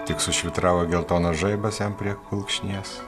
tik sušvytravo geltonas žaibas jam prie kulkšnies